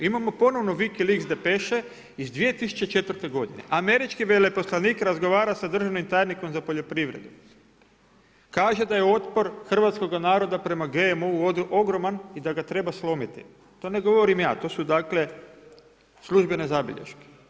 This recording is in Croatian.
Imamo ponovni Wikileaks depeše iz 2004. godine, američki veleposlanik razgovara sa državnim tajnikom za poljoprivredu, kaže da je otpor hrvatskog naroda prema GMO-u ogroman i da ga treba slomiti, to ne govorim ja, to su dakle službene zabilješke.